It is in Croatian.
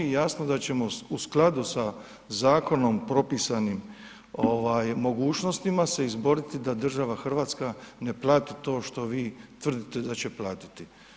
I jasno da ćemo u skladu sa zakonom propisanim mogućnostima se izboriti da država Hrvatska ne plati to što vi tvrdite da će platiti.